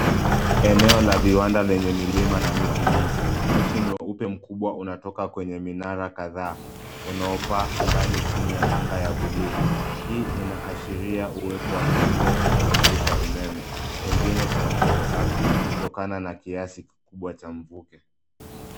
Eneo la viwanda lenye milima na miti mingi. Moshi mweupe mkubwa unatoka kwenye minara kadhaa, unaopaa angani chini ya anga ya buluu. Hii inaashiria uwepo wa kituo cha kuzalisha umeme, pengine cha joto ardhi kutokana na kiasi kikubwa cha mvuke.